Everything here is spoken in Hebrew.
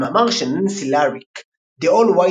המאמר של ננסי לאריק "The All-White